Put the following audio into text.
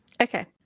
Okay